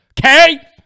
okay